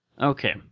Okay